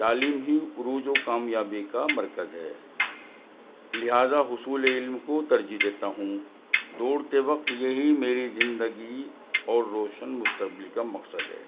تعلیم ہی عروج و کامیابی کا مرکز ہے لہٰذا حصول علم کو ترجیح دیتا ہوں دوڑتے وقت یہی میری زندگی اور روشن مستقبل کا مقصد ہے